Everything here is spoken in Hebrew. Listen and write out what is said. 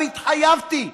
והתחייבתי,